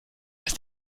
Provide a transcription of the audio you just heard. ist